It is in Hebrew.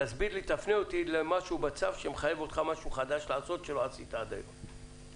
תפנה אותי למשהו בצו שמחייב אותך משהו חדש לעשות שלא עשית עד היום.